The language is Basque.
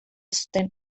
zuten